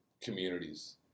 communities